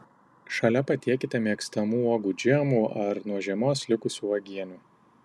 šalia patiekite mėgstamų uogų džemų ar nuo žiemos likusių uogienių